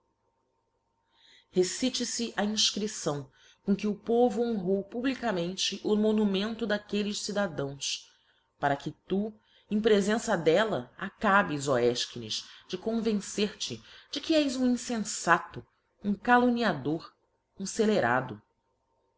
qs a infcripção com que o povo honrou publicamente o monumento daquelles cidadãos para que tu em prefença d'ella acabes ó efchines de convencer te de que és um infenfato um calumniador um fcelerado